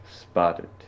spotted